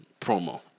Promo